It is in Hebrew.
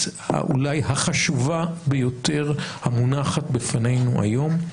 אולי החשובה ביותר המונחת בפנינו היום.